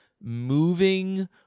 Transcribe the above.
moving